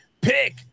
Pick